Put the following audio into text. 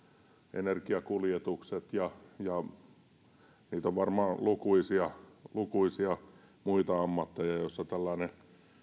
energiakuljetukset ja ja varmaan lukuisia lukuisia muita ammatteja joissa tällainen